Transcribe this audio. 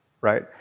right